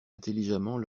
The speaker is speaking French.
intelligemment